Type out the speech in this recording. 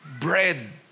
Bread